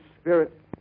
Spirit